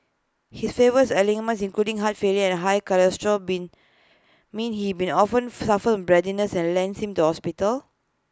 his various ailments including heart failure and high cholesterol been mean he been often suffers from breathlessness and lands him in hospital